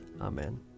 Amen